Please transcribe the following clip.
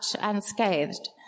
unscathed